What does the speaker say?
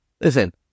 Listen